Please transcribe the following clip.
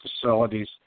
facilities